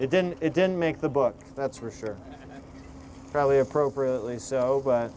it didn't it didn't make the book that's for sure and probably appropriately so but